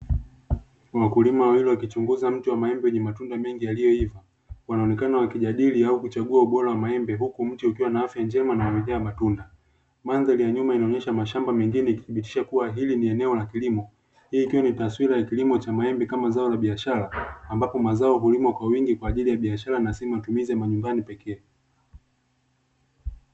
Wakulima wawili wakichunguza mti wa maembe wenye matunda mengi yaliyoiva wanaonekana wakijadili au kuchagua ubora wa maembe, huku mti ukiwa na afya njema na wamejaa matunda madhari ya nyuma inaonyesha mashamba mengine, ikithibitisha kuwa hili ni eneo la kilimo yeye ikiwa ni taswira ya kilimo cha mahindi kama zao la biashara ambapo mazao kulimo kwa wingi kwa ajili ya biashara na si matumizi ya manyumbani pekee.